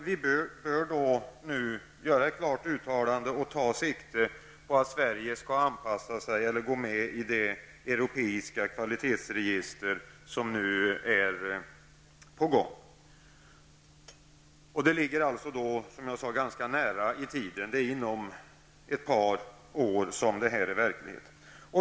Vi bör sikta på att gå med i det europeiska kvalitetsregister som nu håller på att färdigställas. Inom ett par år torde arbetet vara klart.